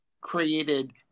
created